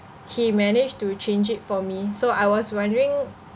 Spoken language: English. he managed to change it for me so I was wondering